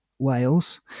Wales